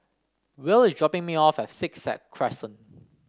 Will is dropping me off at Sixth Sad Crescent